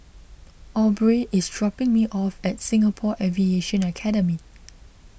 Aubrey is dropping me off at Singapore Aviation Academy